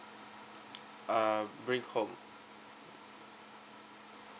uh